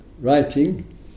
Writing